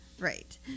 right